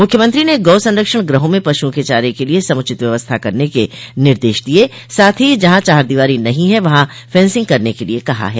मुख्यमंत्री ने गौ संरक्षण गृहों में पश्ञओं के चारे के लिए समुचित व्यवस्था करने के निर्देश दिये साथ ही जहां चाहरदीवारी नहीं है वहां फेंसिंग करने के लिए कहा है